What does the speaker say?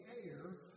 air